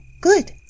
Good